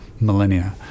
millennia